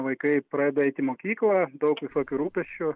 vaikai pradeda eit į mokyklą daug visokių rūpesčių